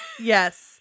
Yes